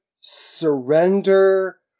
surrender